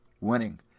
Winning